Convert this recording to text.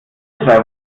drei